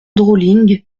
drolling